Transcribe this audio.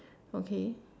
okay